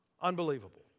Unbelievable